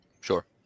Sure